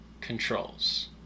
controls